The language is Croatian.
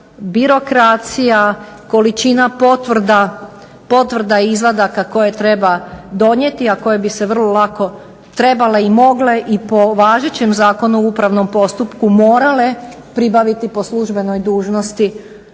birokracija, količina potvrda i izvadaka koje treba donijeti, a koje bi se vrlo lako trebale i mogle i po važećem zakonu o upravnom postupku morale pribaviti po službenoj dužnosti